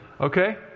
Okay